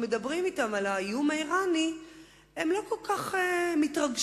כשמדברים אתם על האיום האירני הם לא כל כך מתרגשים,